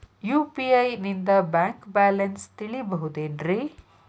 UPI ನಿಂದ bank balance ತಿಳಿಬಹುದೇನ್ರಿ?